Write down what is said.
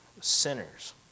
sinners